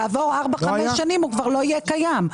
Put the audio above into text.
כעבור 4-5 שנים הוא כבר לא יהיה קיים.